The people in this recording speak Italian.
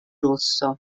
rosso